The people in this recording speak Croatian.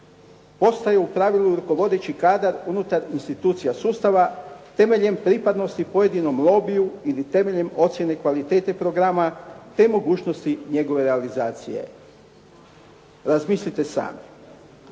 postaje u pravilu rukovodeći kadar unutar institucija sustava temeljem pripadnosti pojedinom lobiju ili temeljem ocjene kvalitete programa te mogućnosti njegove realizacije? Razmislite sami.